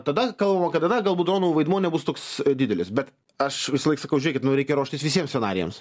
tada kalbama kad tada galbūt donų vaidmuo nebus toks didelis bet aš visąlaik sakau žiūrėkit nu reikia ruoštis visiems scenarijams